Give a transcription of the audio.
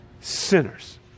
sinners